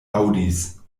aŭdis